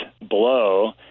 blow